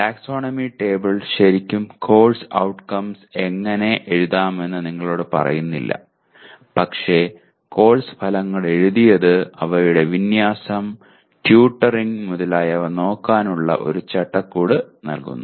taxonomy table ശരിക്കും course outcomes എങ്ങനെ എഴുതാമെന്ന് നിങ്ങളോട് പറയുന്നില്ല പക്ഷേ കോഴ്സ് ഫലങ്ങൾ എഴുതിയത് അവയുടെ വിന്യാസം ട്യൂട്ടോറിംഗ് മുതലായവ നോക്കാനുള്ള ഒരു ചട്ടക്കൂട് നൽകുന്നു